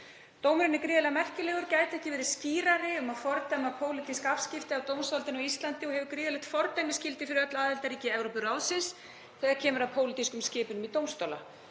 Dómurinn er gríðarlega merkilegur, gæti ekki verið skýrari um að fordæma pólitísk afskipti af dómsvaldinu á Íslandi og hefur gríðarlegt fordæmisgildi fyrir öll aðildarríki Evrópuráðsins þegar kemur að pólitískum skipunum í dómstóla.